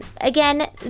Again